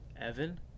Evan